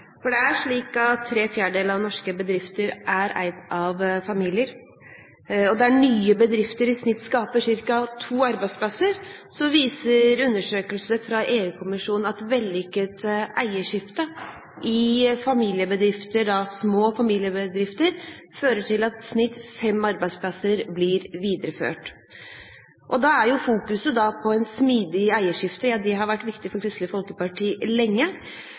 for det private eierskapet, og at hun viser til så mange konkrete tiltak som hun jobber med. Jeg vil takke interpellanten, som tar opp et viktig tema. Det er slik at tre fjerdedeler av norske bedrifter er eid av familier. Der nye bedrifter i snitt skaper ca. to arbeidsplasser, viser undersøkelser fra EU-kommisjonen at et vellykket eierskifte i små familiebedrifter fører til at i snitt fem arbeidsplasser blir videreført. Da er fokuseringen på